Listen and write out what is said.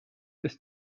ist